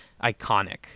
iconic